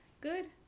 good